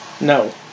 no